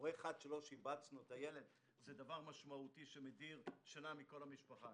הורה אחד שלא שיבצנו את הילד שלו זה דבר משמעותי שמדיר שינה מכל המשפחה,